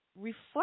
Reflect